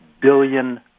billion